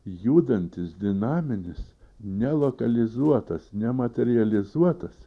judantis dinaminis nelokalizuotas nematerializuotas